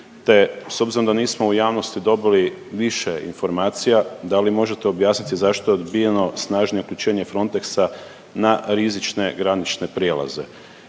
te s obzirom da nismo u javnosti dobili više informacija da li možete objasniti zašto je odbijeno snažnije uključenje FRONTEX-a na rizične granične prijelaze?